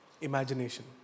imagination